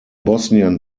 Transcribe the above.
bosnien